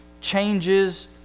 changes